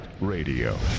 Radio